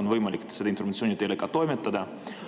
on võimalik seda informatsiooni teile ka toimetada. Paraku